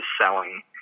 selling